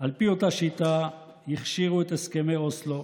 על פי אותה שיטה הכשירו את הסכמי אוסלו